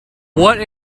what